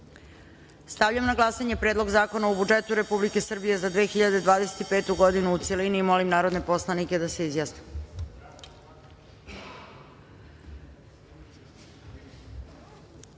na glasanje Predlog zakona o budžetu Republike Srbije za 2025. godinu u celini. Molim narodne poslanike da se